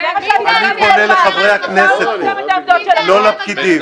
אני פונה לחברי הכנסת פה, לא לפקידים.